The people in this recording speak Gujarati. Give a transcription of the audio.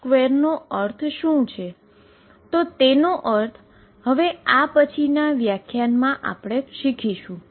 n2 નો અર્થ શું થાય છે તેનો અર્થ અમે આ પછીના વ્યાખ્યાનમાં સંબોધન કરીશું